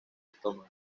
estómago